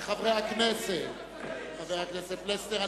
חבר הכנסת פלסנר,